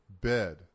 bed